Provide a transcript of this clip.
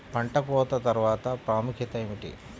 పంట కోత తర్వాత ప్రాముఖ్యత ఏమిటీ?